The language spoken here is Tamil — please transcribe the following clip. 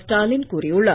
ஸ்டாலின் கூறியுள்ளார்